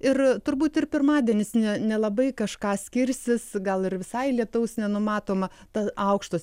ir turbūt ir pirmadienis ne nelabai kažką skirsis gal ir visai lietaus nenumatoma ta aukšto